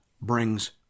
brings